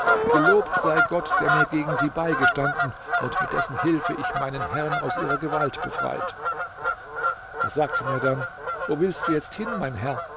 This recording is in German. gelobt sei gott der mir gegen sie beigestanden und mit dessen hilfe ich meinen herrn aus ihrer gewalt befreit er sagte mir dann wo willst du jetzt hin mein herr